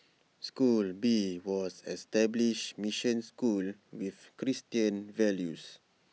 school B was an established mission school with Christian values